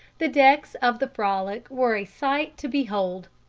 the decks of the frolic were a sight to behold.